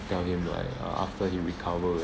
tell him like uh after he recover